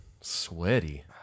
Sweaty